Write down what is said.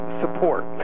support